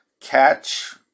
catch